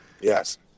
Yes